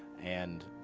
and